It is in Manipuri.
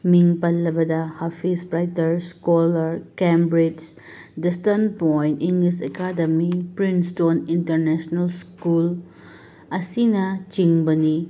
ꯃꯤꯡ ꯄꯜꯂꯕꯗ ꯍꯐꯤꯁ Brighter Scholar Cambridge Distant Point English Academy Princeton International School ꯑꯁꯤꯅ ꯆꯤꯡꯕꯅꯤ